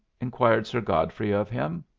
inquired sir godfrey of him.